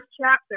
chapter